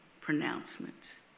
pronouncements